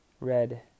red